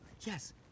Yes